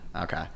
okay